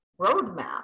roadmap